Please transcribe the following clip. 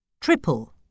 Triple